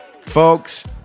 Folks